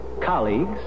colleagues